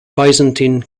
byzantine